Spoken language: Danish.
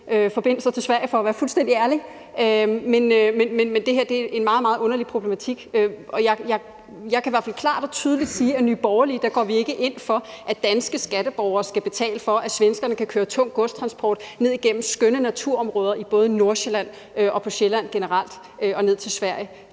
forbindelser til Sverige, for at være fuldstændig ærlig. Men det her er en meget, meget underlig problematik, og jeg kan i hvert fald klart og tydeligt sige, at vi i Nye Borgerlige ikke går ind for, at danske skatteborgere skal betale for, at svenskerne kan køre tung godstransport ned igennem skønne naturområder i både Nordsjælland og på Sjælland generelt og tilbage til Sverige.